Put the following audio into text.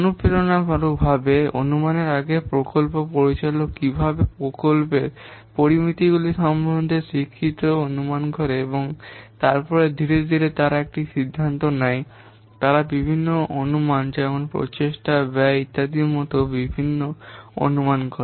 অনুপ্রেরণামূলক অনুমানের আগে প্রকল্প পরিচালক কীভাবে প্রকল্পের পরামিতিগুলি সম্পর্কে শিক্ষিত অনুমান করেন এবং তারপরে ধীরে ধীরে তারা একটি সিদ্ধান্ত নেন তারা বিভিন্ন অনুমান যেমন প্রচেষ্টা ব্যয় ইত্যাদির মতো বিভিন্ন অনুমান করে